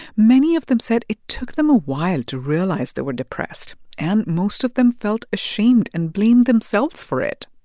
many of them said it took them a while to realize they were depressed, and most of them felt ashamed and blamed themselves for it.